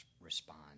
respond